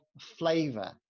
flavor